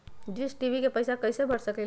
Dish TV के पैईसा कईसे भर सकली?